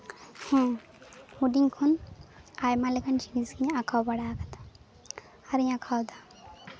ᱦᱮᱸ ᱦᱩᱰᱤᱧ ᱠᱷᱚᱱ ᱟᱭᱢᱟ ᱞᱮᱠᱟᱱ ᱡᱤᱱᱤᱥ ᱜᱤᱧ ᱟᱸᱠᱟᱣ ᱵᱟᱲᱟ ᱟᱠᱟᱫᱟ ᱟᱨᱤᱧ ᱟᱸᱠᱟᱣᱫᱟ